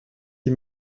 die